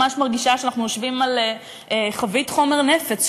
אני ממש מרגישה שאנחנו יושבים על חבית חומר נפץ,